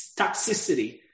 toxicity